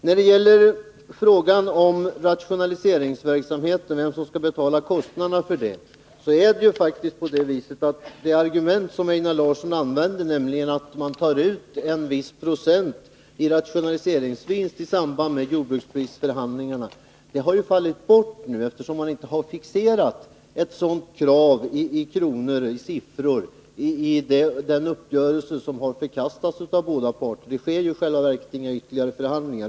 När det gäller frågan om vem som skall betala kostnaden för rationaliseringsverksamheten är det faktiskt så att det argument som Einar Larsson använde, nämligen att man tar ut en viss procent i rationaliseringsvinst i samband med jordbruksprisförhandlingarna, nu har fallit bort. Man har nämligen inte fixerat ett sådant krav i siffror i den uppgörelse som har förkastats av båda parter. Det sker i själva verket inga ytterligare förhandlingar.